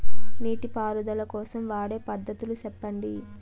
నీటి పారుదల కోసం వాడే పద్ధతులు సెప్పండి?